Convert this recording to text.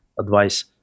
advice